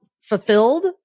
fulfilled